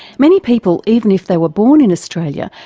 many people, even if they were born in australia,